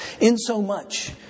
insomuch